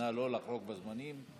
נא לא לחרוג בזמנים.